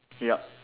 yup